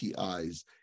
TIs